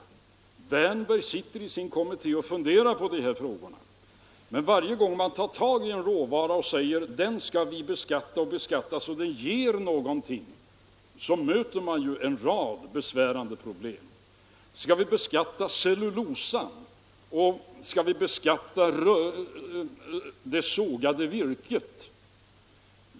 Herr Wärnberg sitter i sin kommitté och funderar på dessa frågor. Men varje gång man tar upp frågan om att beskatta en råvara på ett sådant sätt att det ger någonting möter man en rad besvärande problem. Skall vi beskatta cellulosan och det sågade virket?